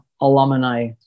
alumni